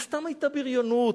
זו סתם היתה בריונות.